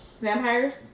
vampires